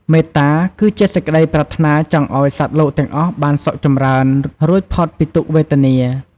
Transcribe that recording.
មេត្តា គឺជាសេចក្ដីប្រាថ្នាចង់ឱ្យសត្វលោកទាំងអស់បានសុខចម្រើន រួចផុតពីទុក្ខវេទនា។